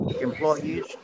employees